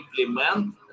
implement